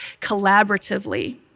collaboratively